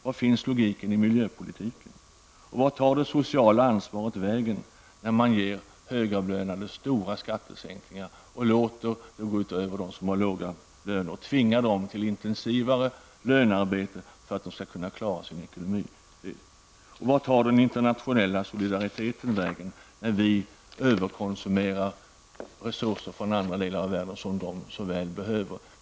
Var finns logiken i miljöpolitiken? Vart tar det sociala ansvaret vägen, när man ger högavlönade stora skattesänkningar och låter det gå ut över dem som har låga löner och tvingar till intensivare lönearbete för att de skall kunna klara sin ekonomi? Och vart tar den internationella solidariteten vägen, när vi överkonsumerar resurser från andra delar av världen där dessa så väl skulle behövas?